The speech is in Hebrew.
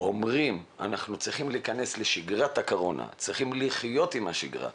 אומרים שאנחנו צריכים להכנס לשגרת הקורונה ולחיות איתה,